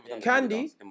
Candy